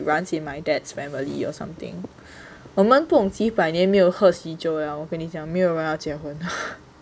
runs in my dad's family or something 我们不懂几百年没有喝喜酒了我跟你讲没有人要结婚